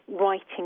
writing